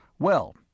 Well